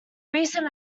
recent